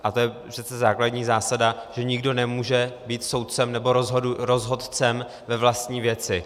A to je přece základní zásada, že nikdo nemůže být soudcem nebo rozhodcem ve vlastní věci.